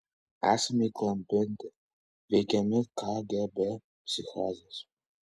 esame įklampinti veikiami kgb psichozės